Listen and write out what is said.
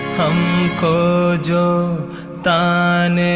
ko jo taane